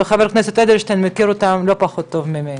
וחה"כ אדלשטיין מכיר אותם לא פחות טוב ממני.